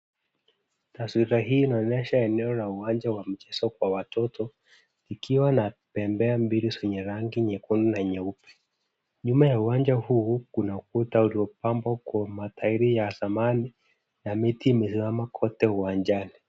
Taswira hii inaonyesha eneo la uwanja wa mchezo kwa watoto ikiwa na pembea mbili zenye rangi nyekundu na nyeupe. Nyuma ya uwanja huu, kuna ukuta ulio pambwa kwa mataili ya zamani na miti imesimama kote uwanjani.